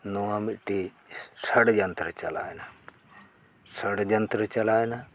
ᱱᱚᱣᱟ ᱢᱤᱫᱴᱤᱡ ᱥᱚᱲᱡᱚᱱᱛᱨᱚ ᱪᱟᱞᱟᱣ ᱮᱱᱟ ᱥᱚᱲᱡᱚᱱᱛᱨᱚ ᱪᱟᱞᱟᱣ ᱮᱱᱟ